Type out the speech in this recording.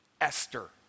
Esther